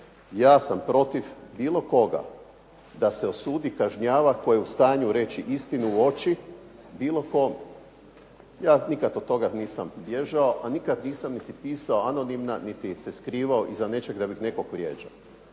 Ja sam protiv bilo koga da se osudi, kažnjava tko je u stanju reći istinu u oči bilo kome. Ja nikad od toga nisam bježao, a nikad nisam niti pisao anonimna niti se skrivao iza nečeg da bih nekog vrijeđao,